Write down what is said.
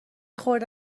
خورده